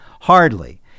Hardly